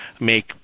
make